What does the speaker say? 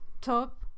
Top